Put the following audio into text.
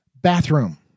bathroom